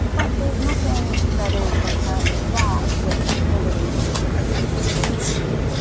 but there is nothing that is inherently wrong with holding the position that texas should secede.